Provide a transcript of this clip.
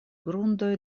grundoj